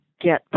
get